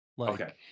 Okay